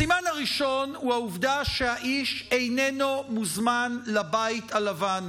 הסימן הראשון הוא העובדה שהאיש איננו מוזמן לבית הלבן,